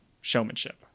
showmanship